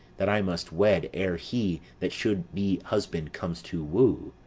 that i must wed ere he that should be husband comes to woo.